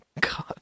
God